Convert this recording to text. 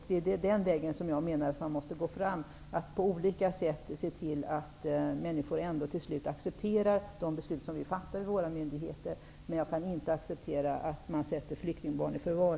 Jag menar att det är den vägen man måste gå fram, att på olika sätt se till att människor accepterar de beslut som våra myndigheter fattar. Jag kan inte acceptera att man sätter flyktingbarn i förvar.